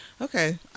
Okay